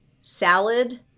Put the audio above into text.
salad